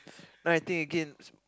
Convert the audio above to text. then I think again